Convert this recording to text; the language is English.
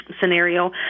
scenario